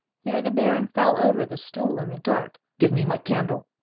here the baron fell over the stool in the dark. give me my candle!